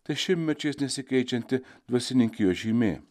tai šimtmečiais nesikeičianti dvasininkijos žymė